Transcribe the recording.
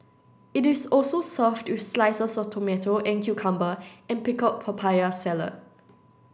it is also served with slices of tomato and cucumber and pickled papaya salad